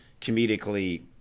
comedically